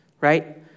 right